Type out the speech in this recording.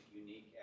unique